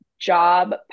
job